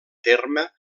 terme